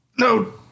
no